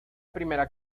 primera